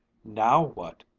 now what?